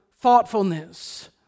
thoughtfulness